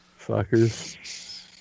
Fuckers